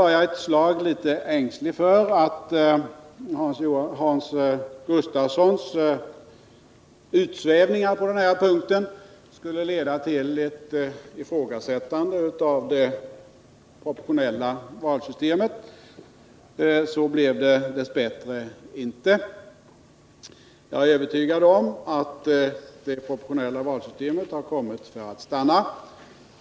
Jag var ett slag litet ängslig för att Hans Gustafssons utsvävningar på den här punkten skulle leda till ett ifrågasättande av det proportionella valsystemet, men så blev det dess bättre inte. Jag är övertygad om att det proportionella valsystemet har kommit för att stanna.